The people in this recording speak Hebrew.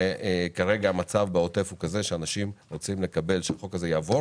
כרגע המצב בעוטף הוא כזה שאנשים רוצים שהחוק הזה יעבור